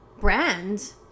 brand